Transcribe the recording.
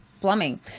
plumbing